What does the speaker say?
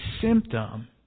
symptom